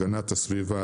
הגנת הסביבה,